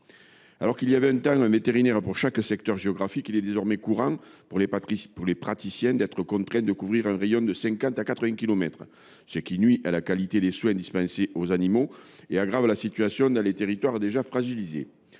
Alors qu’il y avait autrefois un vétérinaire pour chaque secteur géographique, il est désormais courant pour ces derniers d’être contraints de couvrir un rayon de 50 à 80 kilomètres, ce qui nuit à la qualité des soins dispensés aux animaux et aggrave la situation dans des territoires déjà fragilisés.